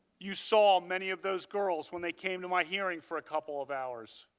you saw many of those girls when they came to my hearing for a couple of hours.